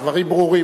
הדברים ברורים.